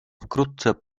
wkrótce